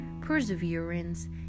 perseverance